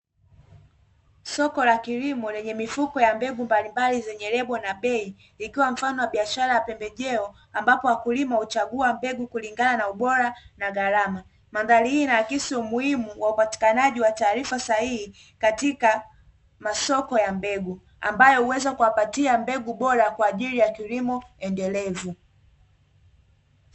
Soko la kilimo lenye mifuko ya mbegu mbalimbali zenye lebo na bei, ikiwa mfano wa biashara ya pembejeo ambapo wakulima huchagua mbegu kulingana na ubora na gharama, mandhari hii na kisu muhimu wa upatikanaji wa taarifa sahihi katika masoko ya mbegu ,ambayo huweza kuwapatia mbegu bora kwa ajili ya kilimo endelevu.